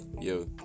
Yo